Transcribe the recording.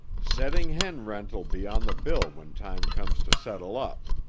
setting hen rent'll be on the bill when time comes to settle up.